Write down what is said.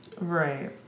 Right